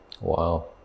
Wow